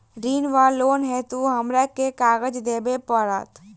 ऋण वा लोन हेतु हमरा केँ कागज देबै पड़त?